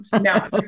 No